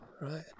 right